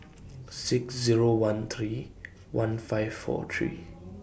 six Zero one three one five four three